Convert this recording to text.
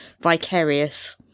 Vicarious